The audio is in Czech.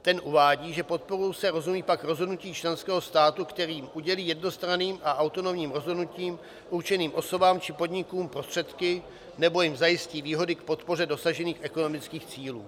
Ten uvádí, že podporou se rozumí pak rozhodnutí členského státu, kterým udělí jednostranným a autonomním rozhodnutím určeným osobám či podnikům prostředky nebo jim zajistí výhody k podpoře dosažených ekonomických cílů.